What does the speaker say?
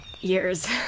years